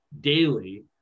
daily